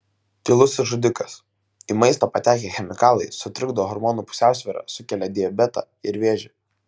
tylusis žudikas į maistą patekę chemikalai sutrikdo hormonų pusiausvyrą sukelia diabetą ir vėžį